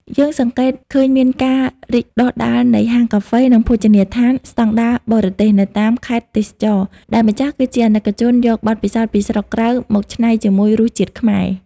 យើងសង្កេតឃើញមានការរីកដុះដាលនៃ "ហាងកាហ្វេ និងភោជនីយដ្ឋានស្ដង់ដារបរទេស" នៅតាមខេត្តទេសចរណ៍ ដែលម្ចាស់គឺជាអាណិកជនយកបទពិសោធន៍ពីស្រុកក្រៅមកច្នៃជាមួយរសជាតិខ្មែរ។